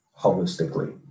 holistically